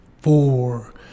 four